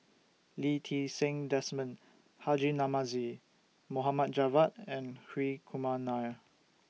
Lee Ti Seng Desmond Haji Namazie Mohd Javad and Hri Kumar Nair